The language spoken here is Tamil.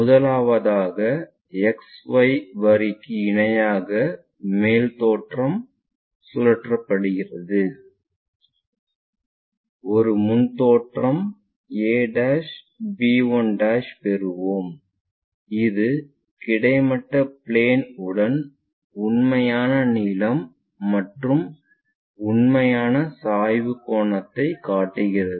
முதலாவதாக XY வரிக்கு இணையாக மேல் தோற்றம் சுழற்றப்படுகிறது ஒரு முன் தோற்றம் ab1 பெறுவோம் இது கிடைமட்ட பிளேன் உடன் உண்மையான நீளம் மற்றும் உண்மையான சாய்வு கோணத்தை காட்டுகிறது